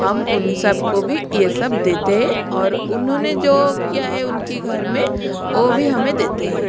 हम उन सब को भी ये सब देते हैं और उन्होंने जो किया है उनके घर में वो भी हमें देते हैं